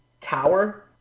tower